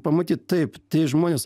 pamatyt taip tai žmonės